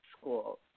school